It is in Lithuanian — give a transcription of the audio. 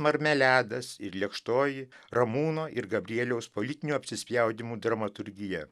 marmeledas ir lėkštoji ramūno ir gabrieliaus politinių apsispjaudymų dramaturgija